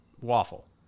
waffle